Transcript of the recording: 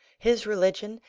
his religion,